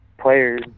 players